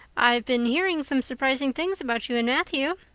i've been hearing some surprising things about you and matthew.